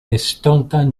estontan